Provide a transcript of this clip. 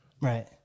Right